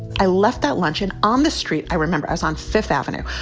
i left that luncheon on the street. i remember i was on fifth avenue,